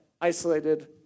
isolated